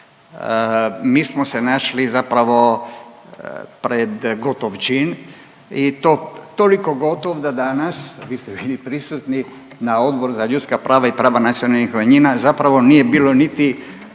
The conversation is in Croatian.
Mi smo se našli zapravo pred gotov čin i to toliko gotov da danas, a vi ste bili prisuti na Odboru za ljudska prava i prava nacionalnih manjina zapravo nije bilo niti